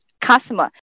customer